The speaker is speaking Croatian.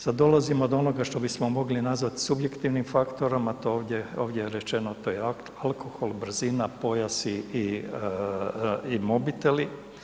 Sad dolazimo do onoga što bismo mogli nazvati subjektivnim faktorom a to je ovdje rečeno, to je alkohol, brzina, pojas i mobiteli.